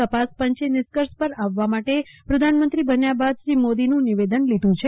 તપાસ પંચે નિષ્કર્ષ પર આવવા માટે પ્રધાનમંત્રી નરેન્દ્ર મોદીનું નિવેદન લીધું છે